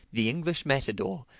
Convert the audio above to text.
the english matador,